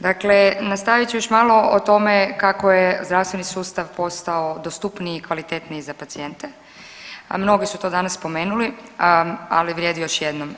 Dakle, nastavit ću još malo o tome kako je zdravstveni sustav postao dostupniji i kvalitetniji za pacijente, a mnogi su to danas spomenuli, ali vrijedi još jednom.